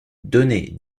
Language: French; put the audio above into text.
donnez